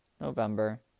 November